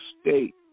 state